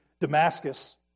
Damascus